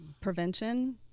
prevention